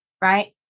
right